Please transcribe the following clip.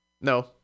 No